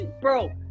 bro